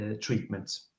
treatments